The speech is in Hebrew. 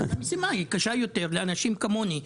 המשימה קשה יותר לאנשים כמוני,